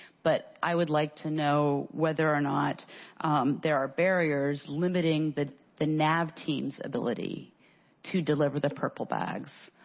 but i would like to know whether or not there are barriers limiting the the nav team's ability to deliver the purple bags.